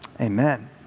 Amen